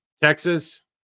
Texas